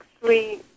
three